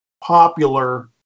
popular